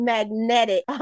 Magnetic